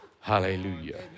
Hallelujah